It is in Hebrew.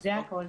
.זה הכל.